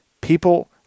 people